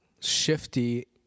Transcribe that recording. shifty